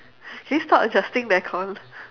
can you stop adjusting the aircon